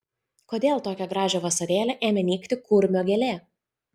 kodėl tokią gražią vasarėlę ėmė nykti kurmio gėlė